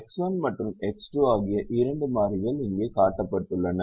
X1 மற்றும் X2 ஆகிய இரண்டு மாறிகள் இங்கே காட்டப்பட்டுள்ளன